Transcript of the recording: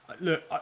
Look